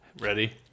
Ready